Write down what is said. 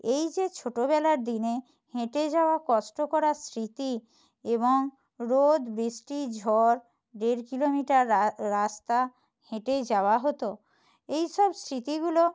এই যে ছোটোবেলার দিনে হেঁটে যাওয়া কষ্ট করার স্মৃতি এবং রোদ বৃষ্টি ঝড় দেড় কিলোমিটার রাস্তা হেঁটে যাওয়া হতো এই সব স্মৃতিগুলো